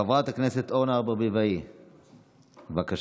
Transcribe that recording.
חברת הכנסת אורנה ברביבאי, בבקשה.